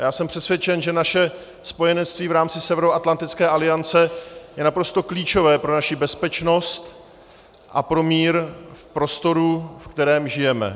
Já jsem přesvědčen, že naše spojenectví v rámci Severoatlantické aliance je naprosto klíčové pro naši bezpečnost a pro mír v prostoru, ve kterém žijeme.